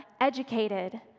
educated